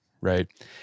right